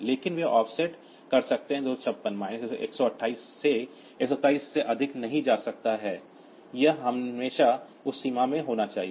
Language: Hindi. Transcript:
इसलिए वे ऑफसेट कर सकते हैं 256 128 से 127 से अधिक नहीं हो सकता है यह हमेशा उस सीमा में होना चाहिए